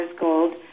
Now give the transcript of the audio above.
gold